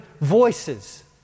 voices